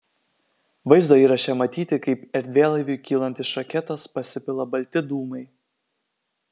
vaizdo įraše matyti kaip erdvėlaiviui kylant iš raketos pasipila balti dūmai